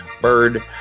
bird